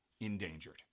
Endangered